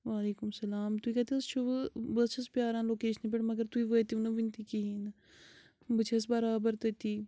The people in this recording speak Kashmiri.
وَعلیکُم السَلام تُہۍ کَتہِ حظ چھُو بہٕ حظ چھیٚس پیاران لوکیشنہِ پٮ۪ٹھ مگر تُہۍ وٲتوٕ نہٕ وُنہِ تہِ کِہیٖنۍ بہٕ چھیٚس بَرابَر تٔتی